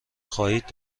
خواهید